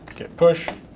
git push.